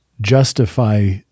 justify